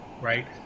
right